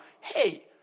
hey